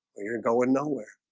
when you're and going nowhere